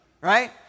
right